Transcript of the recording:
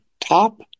top